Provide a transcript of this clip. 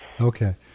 Okay